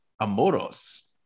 Amoros